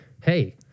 hey